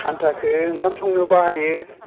खान्थाखो ओंखाम संनायाव बाहायो